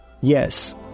Yes